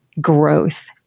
growth